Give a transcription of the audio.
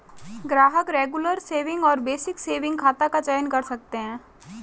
ग्राहक regular saving और basic saving खाता का चयन कर सकते है